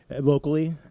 locally